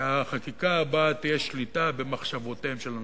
כי החקיקה הבאה תהיה שליטה במחשבותיהם של אנשים.